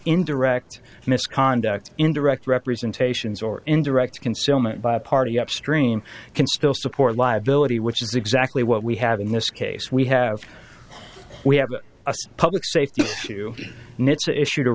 indirect misconduct indirect representations or indirect concealment by a party upstream can still support liability which is exactly what we have in this case we have we have a public safety issue